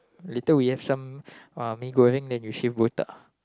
little we have some uh mee-goreng then you shave botak